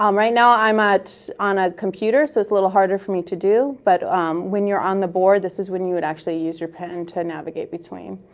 um right now, i'm on a computer, so it's a little harder for me to do, but when you're on the board, this is when you would actually use your pen to navigate between.